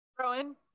Rowan